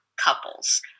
couples